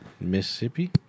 Mississippi